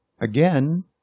Again